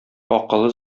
акылы